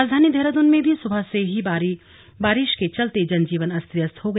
राजधानी देहरादून में भी सुबह से ही भारी बारिश के चलते जनजीवन अस्त व्यस्त हो गया